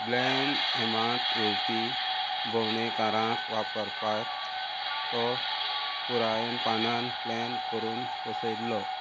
ब्लॅन हेमात येवपी भोवणेकारांक वापरपाक तो पुरायण पानान प्लॅन करून बसयल्लो